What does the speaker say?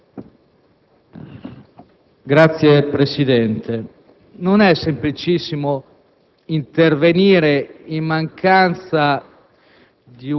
Signor Presidente, non è semplicissimo intervenire in mancanza